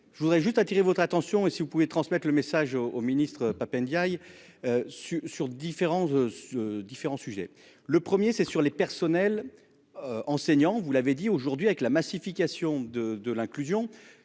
Je voudrais juste attirer votre attention et si vous pouvez transmettre le message au au ministre Pap Ndiaye. Su sur différents ce différents sujets le 1er c'est sur les personnels. Enseignants, vous l'avez dit, aujourd'hui, avec la massification de de l'inclusion